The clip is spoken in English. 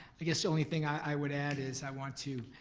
i guess the only thing i would add is i want to